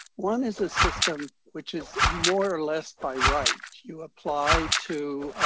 one is a system which is more or less by right. you apply to